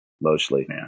mostly